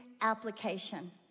application